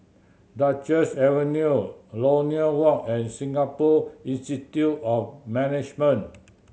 Duchess Avenue Lornie Walk and Singapore Institute of Management